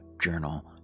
Journal